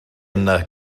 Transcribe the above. yna